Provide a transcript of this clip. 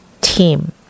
team